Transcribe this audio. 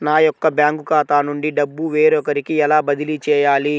నా యొక్క బ్యాంకు ఖాతా నుండి డబ్బు వేరొకరికి ఎలా బదిలీ చేయాలి?